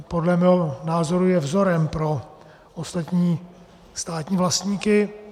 Podle mého názoru je vzorem pro ostatní státní vlastníky.